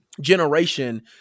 generation